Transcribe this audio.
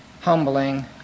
humbling